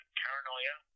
paranoia